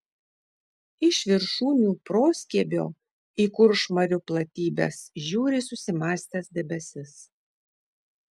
iš viršūnių proskiebio į kuršmarių platybes žiūri susimąstęs debesis